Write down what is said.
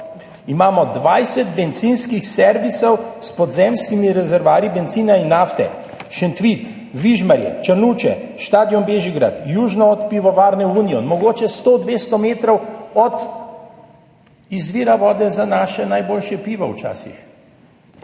Imamo 20 bencinskih servisov s podzemskimi rezervoarji bencina in nafte, Šentvid, Vižmarje, Črnuče, stadion Bežigrad, južno od Pivovarne Union, mogoče 100, 200 metrov od izvira vode za naše včasih najboljše pivo.